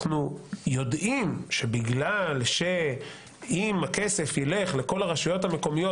אנחנו יודעים שבגלל שאם הכסף ילך לכל הרשויות המקומיות